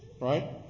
Right